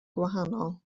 gwahanol